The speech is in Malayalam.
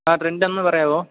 റെൻ്റെ ഒന്ന് പറയാമോ